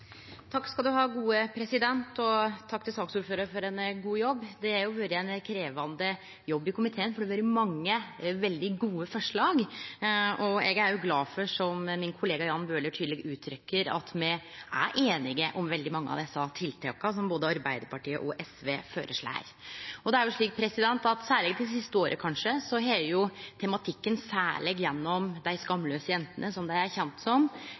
Takk til saksordføraren for ein god jobb. Det har vore ein krevjande jobb i komiteen, for det har vore mange veldig gode forslag. Eg er glad for, som òg min kollega Jan Bøhler tydeleg uttrykkjer, at me er einige om veldig mange av desse tiltaka, som både Arbeidarpartiet og SV føreslår. Det er kanskje særleg det siste året at tematikken har blitt aktuell, særleg gjennom «dei skamlause jentene», som dei er kjende som.